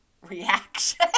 reaction